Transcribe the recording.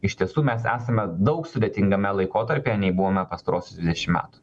iš tiesų mes esame daug sudėtingame laikotarpyje nei buvome pastaruosius dvidešim metų